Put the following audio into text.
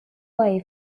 way